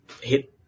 hit